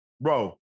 Bro